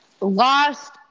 lost